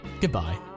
Goodbye